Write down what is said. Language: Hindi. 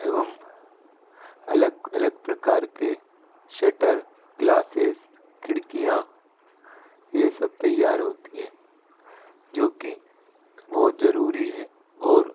एवं अलग अलग प्रकार के शटर ग्लासेस खिड़कियाँ ये सब तैयार होती हैं जो कि बहुत ज़रूरी हैं और